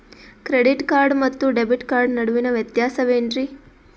Credit card ಮತ್ತು debit card ನಡುವಿನ ವ್ಯತ್ಯಾಸ ವೇನ್ರೀ?